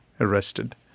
arrested